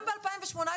גם ב-2018,